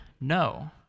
no